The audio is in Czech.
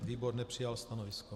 Výbor nepřijal stanovisko.